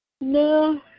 No